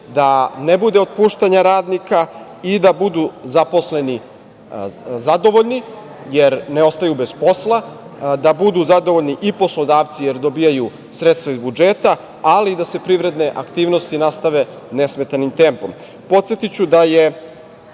da ne bude otpuštanja radnika i da budu zaposleni zadovoljni, jer ne ostaju bez posla, da budu zadovoljni i poslodavci, jer dobijaju sredstva iz budžeti, ali da se privredne aktivnosti nastave nesmetanim temom. Podsetiću da je